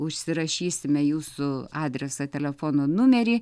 užsirašysime jūsų adresą telefono numerį